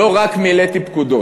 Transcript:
לא רק מילאתי פקודות.